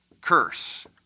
curse